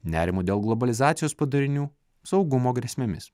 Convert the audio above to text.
nerimu dėl globalizacijos padarinių saugumo grėsmėmis